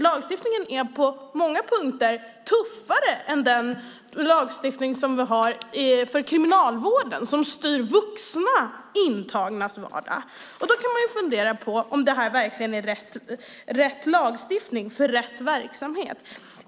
Lagstiftningen är på många punkter tuffare än den lagstiftning vi har för kriminalvården som styr vuxna intagnas vardag. Då kan man fundera på om det här verkligen är rätt lagstiftning för rätt verksamhet.